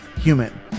Human